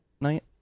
night